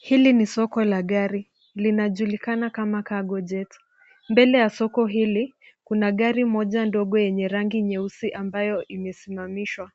Hili ni soko la gari linajulikana kama Cargojet. Mbele ya soko hili kuna gari moja ndogo enye rangi nyeusiambayo imesimamishwa.